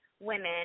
women